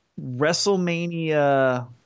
WrestleMania